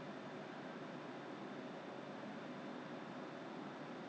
miss miss 那个口味他们可能就 you know they'll just buy back from the there